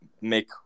make